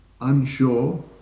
unsure